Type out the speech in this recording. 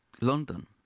London